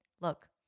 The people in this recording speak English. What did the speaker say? look